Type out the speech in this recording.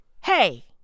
hey